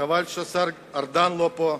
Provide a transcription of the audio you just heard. חבל שהשר ארדן לא פה.